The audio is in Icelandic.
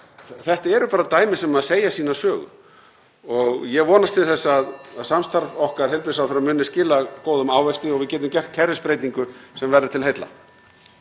Þetta eru bara dæmi sem segja sína sögu. Ég vonast til þess að samstarf okkar heilbrigðisráðherra muni skila góðum ávexti og við getum gert kerfisbreytingu sem verður til heilla.